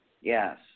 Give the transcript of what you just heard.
Yes